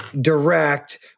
direct